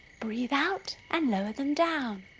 breathe out and lower them down